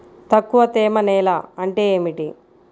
తక్కువ తేమ నేల అంటే ఏమిటి?